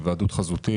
לגבי היוועדות חזותית,